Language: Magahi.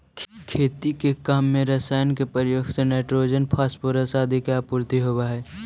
खेती के काम में रसायन के प्रयोग से नाइट्रोजन, फॉस्फोरस आदि के आपूर्ति होवऽ हई